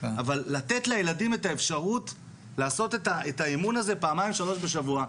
אבל לתת לילדים את האפשרות לעשות את האימון הזה פעמיים-שלוש בשבוע,